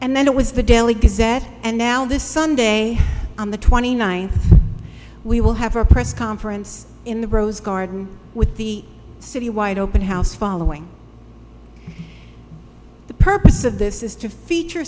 and then it was the daily gazette and now this sunday on the twenty ninth we will have a press conference in the rose garden with the city wide open house following the purpose of this is to feature